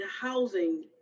housing